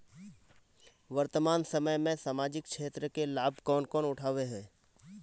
वर्तमान समय में सामाजिक क्षेत्र के लाभ कौन उठावे है?